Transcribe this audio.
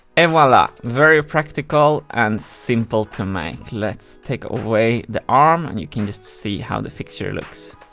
et voila! very practical and simple to make. let's take away the arm, and you can just see how the fixture looks.